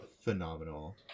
phenomenal